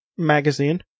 magazine